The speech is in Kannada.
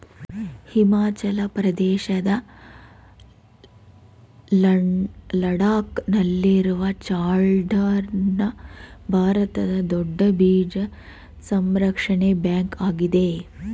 ಹಿಮಾಚಲ ಪ್ರದೇಶದ ಲಡಾಕ್ ನಲ್ಲಿರುವ ಚಾಂಗ್ಲ ಲಾ ಭಾರತದ ದೊಡ್ಡ ಬೀಜ ಸಂರಕ್ಷಣಾ ಬ್ಯಾಂಕ್ ಆಗಿದೆ